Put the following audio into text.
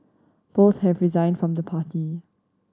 both have resigned from the party